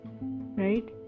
right